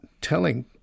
telling